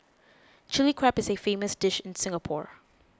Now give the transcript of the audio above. Chilli Crab is a famous dish in Singapore